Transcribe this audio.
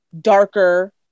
darker